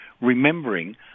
remembering